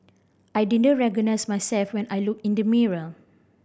I didn't recognise myself when I looked in the mirror